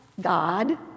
God